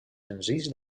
senzills